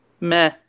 meh